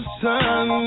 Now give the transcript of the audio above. sun